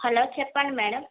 hello చెప్పండి madam